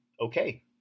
okay